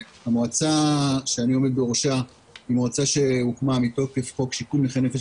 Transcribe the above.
המועצה שאני עומד בראשה היא מועצה שהוקמה מתוקף חוק שיקום נכי נפש